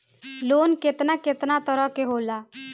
Loan केतना केतना तरह के होला?